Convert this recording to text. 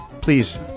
please